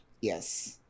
yes